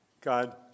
God